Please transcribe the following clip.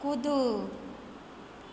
कूदू